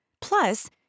Plus